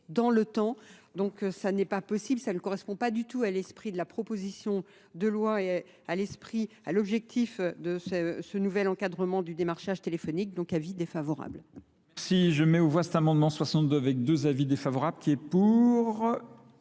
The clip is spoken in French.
donc ça n'est pas possible, ça ne correspond pas du tout à l'esprit de la proposition de loi et à l'esprit, à l'objectif de ce nouvel encadrement du démarchage téléphonique, donc avis défavorables. Merci, je mets au voie cet amendement 62 avec deux avis défavorables, qui est pour,